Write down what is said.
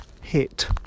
hit